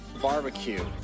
Barbecue